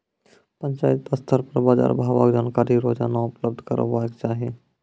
पंचायत स्तर पर बाजार भावक जानकारी रोजाना उपलब्ध करैवाक चाही?